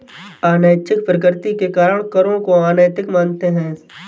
अनैच्छिक प्रकृति के कारण करों को अनैतिक मानते हैं